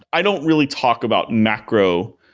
i don't really talk about macro,